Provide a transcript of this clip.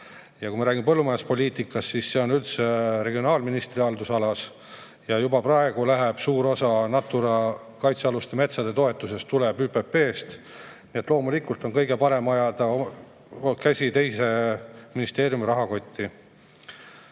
Kui me räägime põllumajanduspoliitikast, siis see on üldse regionaalministri haldusalas. Ja juba praegu tuleb suur osa Natura kaitsealuste metsade toetusest ÜPP‑st. Loomulikult on kõige parem ajada käsi teise ministeeriumi rahakotti.